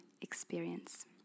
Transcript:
experience